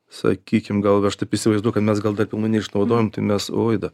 sakykim gal aš taip įsivaizduoju kad mes gal dar neišnaudojam tai mes oi dar